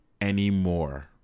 anymore